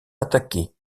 attaquer